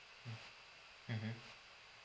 mm mmhmm